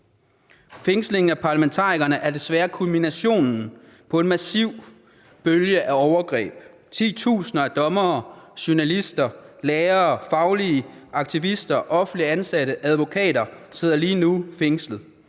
Fængslingen af parlamentarikerne er desværre kulminationen på en massiv bølge af overgreb. Titusinder dommere, journalister, lærere, faglige aktivister, offentligt ansatte og advokater sidder lige nu fængslet.